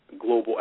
global